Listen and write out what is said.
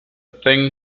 thin